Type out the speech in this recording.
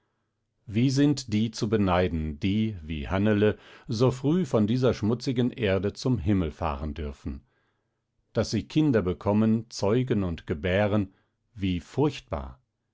wie sind die zu beneiden die wie hannele so früh von dieser schmutzigen erde zum himmel fahren dürfen daß sie kinder bekommen zeugen und gebären wie furchtbar